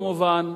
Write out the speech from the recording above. כמובן,